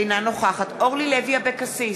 אינה נוכחת אורלי לוי אבקסיס,